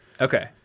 Okay